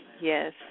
yes